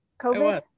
COVID